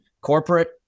corporate